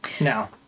Now